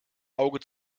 auge